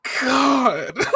God